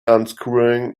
unscrewing